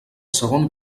segon